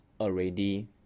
already